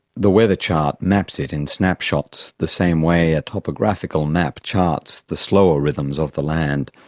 the weather chart maps it in snap shots, the same way a topographical map charts the slower rhythms of the land.